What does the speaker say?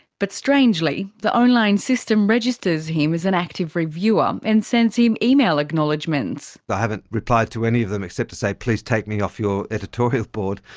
but strangely, the online system registers him as an active reviewer, and sends him email acknowledgements. i haven't replied to any of them except to say please take me off your editorial board.